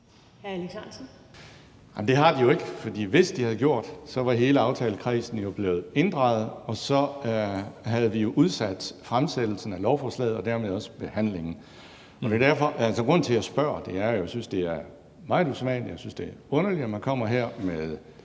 det har de ikke, for hvis de havde gjort det, så var hele aftalekredsen jo blevet inddraget, og så havde vi udsat fremsættelsen af lovforslaget og dermed også behandlingen. Men grunden til, at jeg spørger, er jo, at jeg synes, det er meget usædvanligt og underligt, at man kommer her med